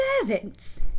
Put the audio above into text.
servants